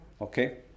Okay